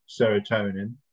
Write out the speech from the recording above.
serotonin